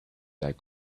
that